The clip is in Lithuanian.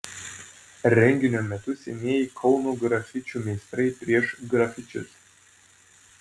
renginio metu senieji kauno grafičių meistrai pieš grafičius